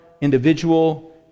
individual